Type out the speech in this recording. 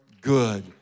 good